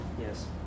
Yes